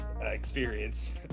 experience